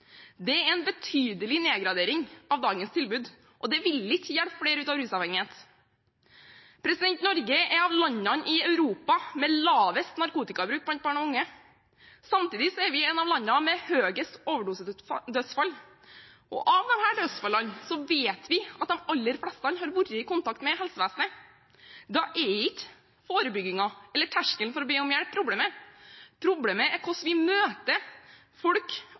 Det er en betydelig nedgradering av dagens tilbud, og det ville ikke hjelpe flere ut av rusavhengighet. Norge er blant landene i Europa med lavest narkotikabruk blant barn og unge. Samtidig er vi et av landene med flest overdosedødsfall. Og når det gjelder disse dødsfallene, vet vi at de aller fleste har vært i kontakt med helsevesenet. Da er ikke forebyggingen eller terskelen for å be om hjelp problemet. Problemet er hvordan vi møter folk